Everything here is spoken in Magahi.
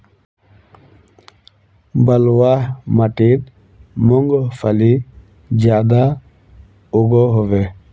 बलवाह माटित मूंगफली ज्यादा उगो होबे?